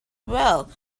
well